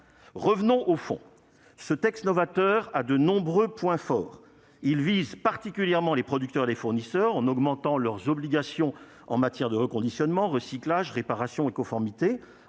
Revenons-en au fond. Ce texte novateur a de nombreux points forts. Il vise particulièrement les producteurs et les fournisseurs en augmentant leurs obligations en matière de reconditionnement, de recyclage, de réparation et de conformité.